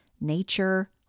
nature